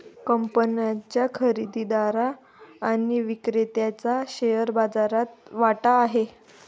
कंपनीच्या खरेदीदार आणि विक्रेत्याचा शेअर बाजारात वाटा आहे